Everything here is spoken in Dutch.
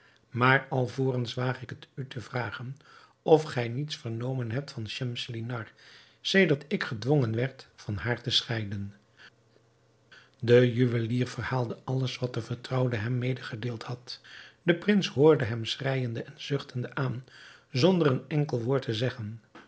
maar alvorens waag ik het u te vragen of gij niets vernomen hebt van schemselnihar sedert ik gedwongen werd van haar te scheiden de juwelier verhaalde alles wat de vertrouwde hem medegedeeld had de prins hoorde hem schreijende en zuchtende aan zonder een enkel woord te zeggen